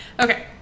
Okay